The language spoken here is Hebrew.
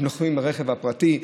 הם נוסעים ברכב הפרטי.